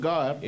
God